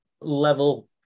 level